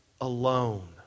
alone